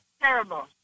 terrible